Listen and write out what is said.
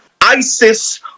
ISIS